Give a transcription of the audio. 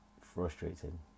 frustrating